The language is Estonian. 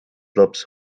laps